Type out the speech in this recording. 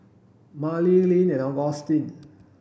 Marely Leann and Agustin